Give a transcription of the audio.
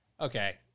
Okay